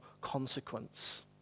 consequence